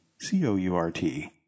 C-O-U-R-T